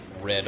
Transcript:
red